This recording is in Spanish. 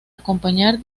acompañar